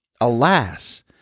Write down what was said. Alas